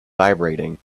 vibrating